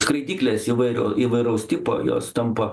skraidyklės įvairio įvairaus tipo jos tampa